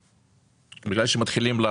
בגלל שהם לומדים באולפן,